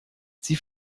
sie